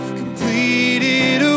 completed